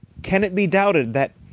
can it be doubted that,